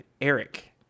Eric